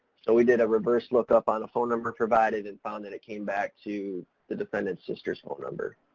so we did a reverse lookup on a phone number provided and found that it came back to the defendant's sister's phone number.